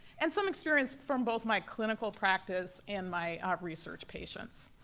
and some experience from both my clinical practice and my research patients.